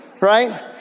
right